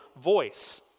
voice